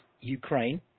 Ukraine